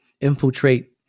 infiltrate